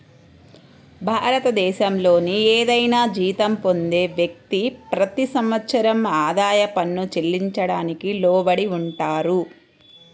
భారతదేశంలోని ఏదైనా జీతం పొందే వ్యక్తి, ప్రతి సంవత్సరం ఆదాయ పన్ను చెల్లించడానికి లోబడి ఉంటారు